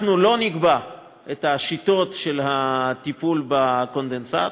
אנחנו לא נקבע את שיטות הטיפול בקונדנסט,